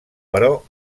però